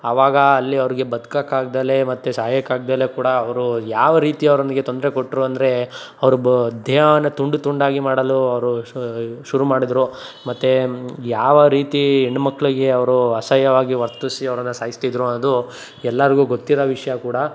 ಅವಾಗ ಅಲ್ಲಿ ಅವ್ರಿಗೆ ಬದುಕಕ್ಕಾಗ್ದಲೇ ಮತ್ತು ಸಾಯಕ್ಕಾಗದಲೇ ಕೂಡ ಅವರು ಯಾವ ರೀತಿ ಅವರೊಂದಿಗೆ ತೊಂದರೆ ಕೊಟ್ಟರು ಅಂದರೆ ಅವ್ರು ಬ ದೇಹಾನ ತುಂಡು ತುಂಡಾಗಿ ಮಾಡಲು ಅವರು ಶುರು ಮಾಡಿದ್ರು ಮತ್ತು ಯಾವ ರೀತಿ ಹೆಣ್ಣು ಮಕ್ಕಳಿಗೆ ಅವರು ಅಸಯ್ಯವಾಗಿ ವರ್ತಿಸಿ ಅವ್ರನ್ನು ಸಾಯಿಸ್ತಿದ್ರು ಅದು ಎಲ್ಲಾರಿಗೂ ಗೊತ್ತಿರೋ ವಿಷಯ ಕೂಡ